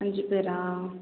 அஞ்சு பேரா